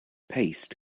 paste